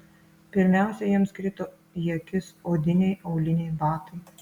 pirmiausia jiems krito į akis odiniai auliniai batai